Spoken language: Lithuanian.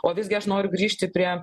o visgi aš noriu grįžti prie